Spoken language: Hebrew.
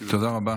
תודה רבה.